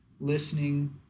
listening